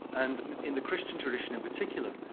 and in the christian tradition in particular,